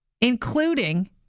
including